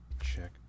check